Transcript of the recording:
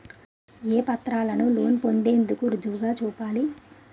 ఏ పత్రాలను లోన్ పొందేందుకు రుజువుగా చూపాలి?